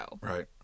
Right